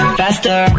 faster